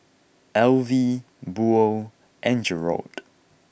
Elvie Buell and Jerold